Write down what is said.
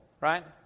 right